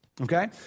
Okay